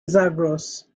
zagros